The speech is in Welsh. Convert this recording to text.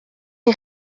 chi